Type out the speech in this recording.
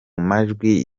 majwi